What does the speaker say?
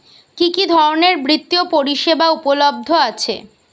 কি কি ধরনের বৃত্তিয় পরিসেবা উপলব্ধ আছে?